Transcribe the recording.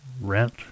rent